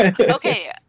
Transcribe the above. okay